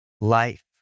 life